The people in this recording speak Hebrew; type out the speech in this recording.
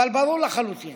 אבל ברור לחלוטין